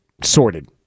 sorted